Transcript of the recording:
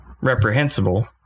reprehensible